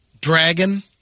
Dragon